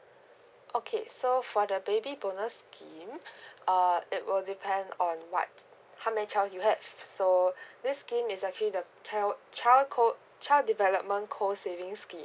okay so for the baby bonus scheme uh it will depend on what how many child you have so this scheme is actually the child child co child development co savings scheme